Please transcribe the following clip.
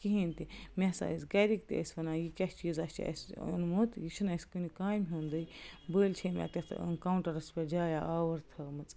کِہیٖنی تہِ مےٚ سا ٲسۍ گَرِکۍ تہِ ٲسی وَنان یہِ کیٛاہ چیٖزا چھِ اَسہِ اوٚنمُت یہِ چھُنہٕ اَسہِ کُنہِ کامہِ ہُنٛدٕے بٔلۍ چھِ أمۍ اَتٮ۪تھ کونٹرس پٮ۪ٹھ جایہ آوُر تھٲومٕژ